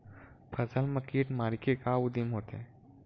फसल मा कीट मारे के का उदिम होथे?